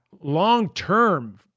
long-term